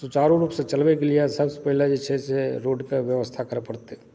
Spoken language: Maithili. सुचारु रूपसे चलबैके लिए सभसँ पहिले जे छै से रोडकऽ व्यवस्था करऽ पड़तै